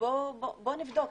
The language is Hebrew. בואו נבדוק.